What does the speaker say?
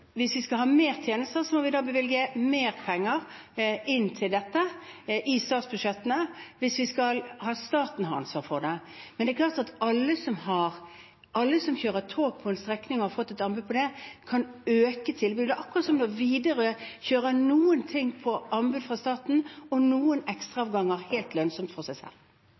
Hvis vi skal ha flere tjenester, må vi bevilge mer penger til dette i statsbudsjettene – hvis staten skal ha ansvar for det. Men det er klart at alle som kjører tog på en strekning og har fått et anbud på det, kan øke tilbudet, akkurat som at Widerøe kjører noe på anbud fra staten og noen ekstraavganger helt lønnsomt for seg selv.